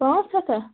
پانٛژھ ہَتھ ہہ